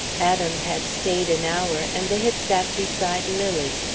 adam had stayed an hour, and they had sat beside lily.